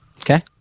Okay